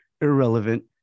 Irrelevant